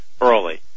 early